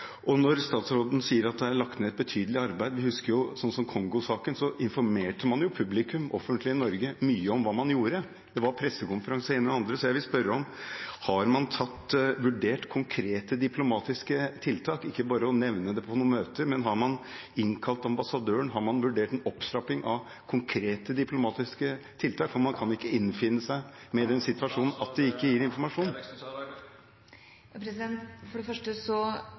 Når utenriksministeren sier at det er lagt ned et betydelig arbeid – vi husker at i Kongo-saken informerte man publikum, det offentlige Norge, mye om hva man gjorde, det var pressekonferanser og det ene og det andre – vil jeg spørre: Har man vurdert konkrete diplomatiske tiltak – ikke bare å nevne det på noen møter, men har man innkalt ambassadøren? Har man vurdert en opptrapping av konkrete diplomatiske tiltak? For man kan ikke avfinne seg med den situasjonen at de ikke gir informasjon. For det første